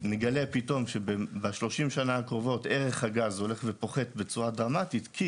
נגלה פתאום שב-30 שנה הקרובות ערך הגז הולך ופוחת בצורה דרמטית כי